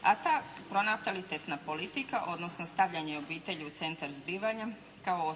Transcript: A ta pronatalitetna politika odnosno stavljanje obitelji u centar zbivanja kao